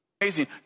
Amazing